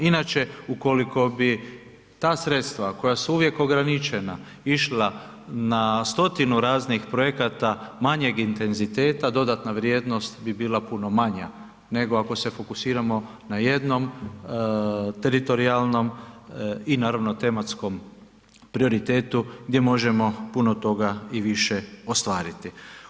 Inače ukoliko bi ta sredstva koja su uvijek ograničena išla na stotinu raznih projekata manjeg intenziteta, dodatna vrijednost bi bila puno manja nego ako se fokusiramo na jednom teritorijalno i naravno tematskom prioritetu gdje možemo puno toga i više ostvariti.